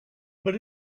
but